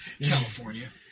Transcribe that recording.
California